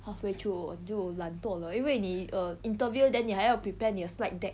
halfway through 我就懒惰 lor 因为你 err interview then 你还要 prepare 你的 slide deck